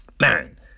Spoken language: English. Man